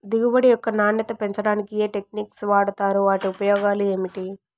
దిగుబడి యొక్క నాణ్యత పెంచడానికి ఏ టెక్నిక్స్ వాడుతారు వాటి ఉపయోగాలు ఏమిటి?